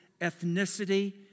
ethnicity